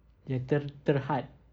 yang ter~ terhad